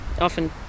often